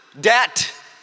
Debt